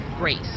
race